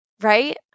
Right